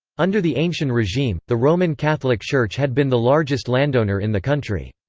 under the ancien regime, the roman catholic church had been the largest landowner in the country.